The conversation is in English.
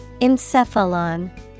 Encephalon